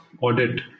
audit